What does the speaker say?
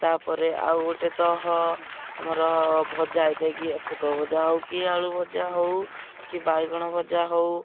ତା'ପରେ ଆଉ ଗୋଟେ ତଃ ଆମର ଭଜା ହେଇଥାଏ କି ପୋଟଳ ଭଜା ହଉ କି ଆଳୁ ଭଜା ହଉ କି ବାଇଗଣ ଭଜା ହଉ